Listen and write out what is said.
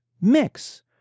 mix